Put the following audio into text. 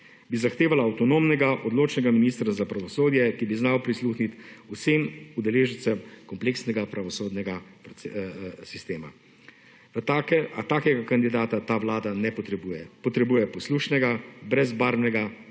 bi zahtevala avtonomnega, odločnega ministra za pravosodje, ki bi znal prisluhniti vsem udeležencem kompleksnega pravosodnega sistema, a takega kandidata ta Vlada ne potrebuje. Potrebuje poslušnega, brezbarvnega,